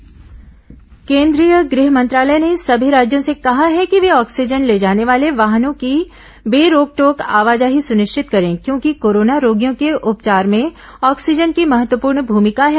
ग ह मंत्रालय निर्देश केंद्रीय गृह मंत्रालय ने सभी राज्यों से कहा है कि वे ऑक्सीजन ले जाने वाले वाहनों की बे रोकटोक आवाजाही सुनिश्चित करें क्योंकि कोरोना रोगियों के उपचार में ऑक्सीजन की महत्वपूर्ण भूमिका है